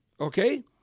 okay